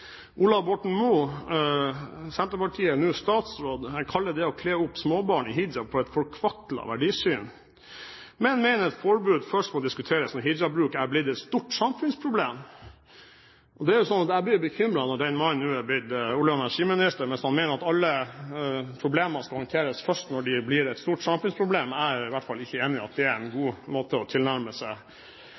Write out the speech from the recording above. Ola Borten Moe, Senterpartiet, nå statsråd, sier at han «kaller det å kle opp småbarn i hijab for et «forkvaklet verdisyn», men mener et forbud først må diskuteres når hijabbruk er blitt et stort samfunnsproblem». Jeg blir bekymret når den mannen nå er blitt olje- og energiminister, hvis han mener at alle problemer skal håndteres først når de blir et stort samfunnsproblem. Jeg er i hvert fall ikke enig i at det er en god måte å tilnærme seg